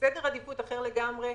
סדר עדיפות אחר לגמרי,